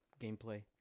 gameplay